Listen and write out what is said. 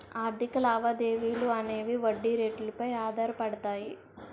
ఆర్థిక లావాదేవీలు అనేవి వడ్డీ రేట్లు పై ఆధారపడతాయి